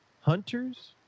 hunters